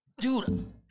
dude